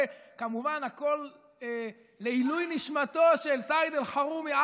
וכמובן הכול לעילוי נשמתו של סעיד אלחרומי,